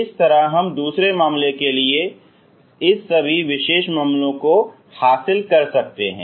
इस तरह हम दूसरे मामले के इस सभी विशेष मामलों को हासिल कर सकते हैं